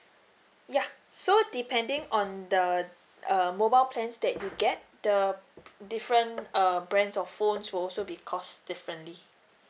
yeah so depending on the err mobile plans that get the different err brands of phones will also be cost differently